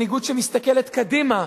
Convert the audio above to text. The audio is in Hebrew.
מנהיגות שמסתכלת קדימה.